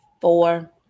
four